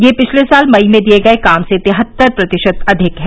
यह पिछले साल मई में दिए गए काम से तिहत्तर प्रतिशत अधिक है